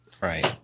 Right